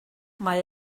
mae